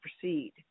proceed